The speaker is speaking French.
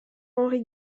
henri